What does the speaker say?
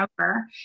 over